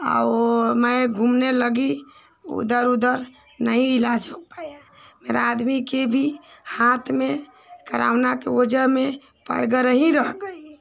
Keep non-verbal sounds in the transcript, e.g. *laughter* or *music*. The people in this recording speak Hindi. और मैं घूमने लगी उधर उधर नहीं इलाज़ हो पाया मेरे आदमी के भी हाथ में कोरोना की वज़ह में *unintelligible* ही रह गई